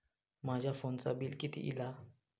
माझ्या फोनचा बिल किती इला?